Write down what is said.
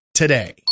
today